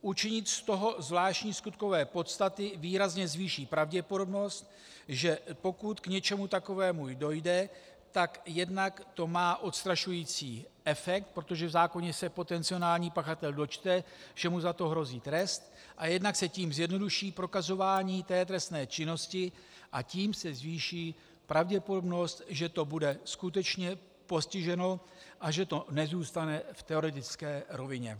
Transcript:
Učinit z toho zvláštní skutkové podstaty výrazně zvýší pravděpodobnost, že pokud k něčemu takovému dojde, tak jednak to má odstrašující efekt, protože v zákoně se potenciální pachatel dočte, že mu za to hrozí trest, a jednak se tím zjednoduší prokazování té trestné činnosti, a tím se zvýší pravděpodobnost, že to bude skutečně postiženo a že to nezůstane v teoretické rovině.